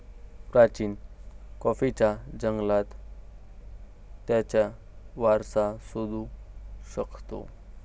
प्राचीन कॉफीच्या जंगलात त्याचा वारसा शोधू शकतो